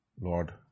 Lord